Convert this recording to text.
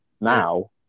Now